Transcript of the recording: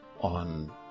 on